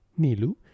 Nilu